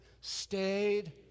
Stayed